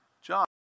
John